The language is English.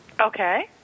Okay